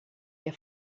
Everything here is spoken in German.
der